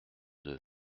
deux